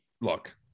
Look